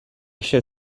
shall